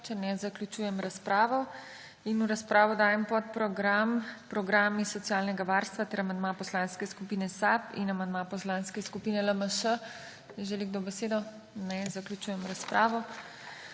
Če ne, zaključujem razpravo. V razpravo dajem podprogram Programi socialnega varstva ter amandma Poslanske skupine SAB in amandma Poslanske skupine LMŠ. Želi kdo besedo? (Ne.) Zaključujem razpravo.